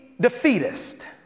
defeatist